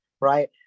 right